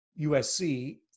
USC